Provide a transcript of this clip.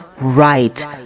right